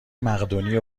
مقدونی